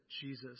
Jesus